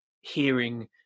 hearing